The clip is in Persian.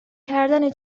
کردن